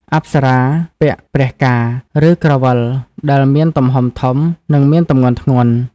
អប្សរាពាក់ "ព្រះកាណ៌" ឬក្រវិលដែលមានទំហំធំ និងមានទម្ងន់ធ្ងន់។